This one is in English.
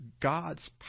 God's